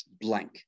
Blank